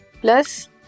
plus